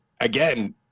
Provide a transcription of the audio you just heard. again